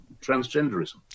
transgenderism